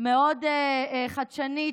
מאוד חדשנית,